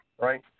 right